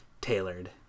tailored